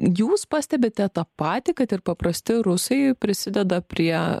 jūs pastebite tą patį kad ir paprasti rusai prisideda prie